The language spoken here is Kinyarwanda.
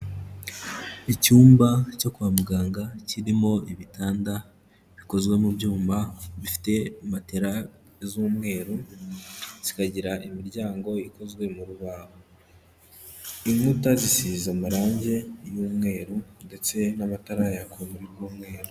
Icyumba cyo kwa muganga kirimo ibitanda bikozwe mu byuma, bifite matera z'umweru, zikagira imiryango ikozwe mu rubahu, inkuta zisize amarangi y'umweru ndetse n'abatara yaka urumuri rw'umweru.